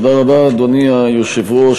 אדוני היושב-ראש,